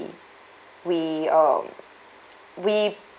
we um we